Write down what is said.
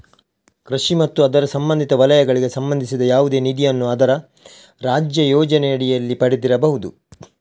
ಕೃಷಿ ಮತ್ತು ಅದರ ಸಂಬಂಧಿತ ವಲಯಗಳಿಗೆ ಸಂಬಂಧಿಸಿದ ಯಾವುದೇ ನಿಧಿಯನ್ನು ಅದರ ರಾಜ್ಯ ಯೋಜನೆಯಡಿಯಲ್ಲಿ ಪಡೆದಿರಬಹುದು